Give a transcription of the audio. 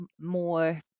more